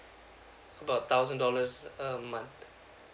about a thousand dollars a month